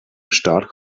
stark